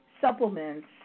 supplements